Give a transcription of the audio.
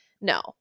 no